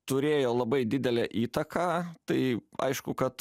turėjo labai didelę įtaką tai aišku kad